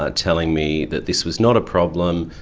ah telling me that this was not a problem,